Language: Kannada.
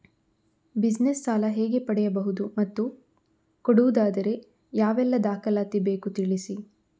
ಬಿಸಿನೆಸ್ ಸಾಲ ಹೇಗೆ ಪಡೆಯುವುದು ಮತ್ತು ಕೊಡುವುದಾದರೆ ಯಾವೆಲ್ಲ ದಾಖಲಾತಿ ಬೇಕು ತಿಳಿಸಿ?